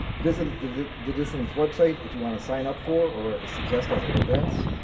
visit the the dissonance website, if you wanna sign up for, or suggest other events.